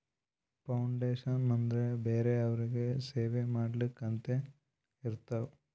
foundation ಬರೇ ಬ್ಯಾರೆ ಅವ್ರಿಗ್ ಸೇವಾ ಮಾಡ್ಲಾಕೆ ಅಂತೆ ಇರ್ತಾವ್